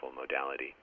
modality